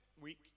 week